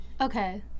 Okay